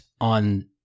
on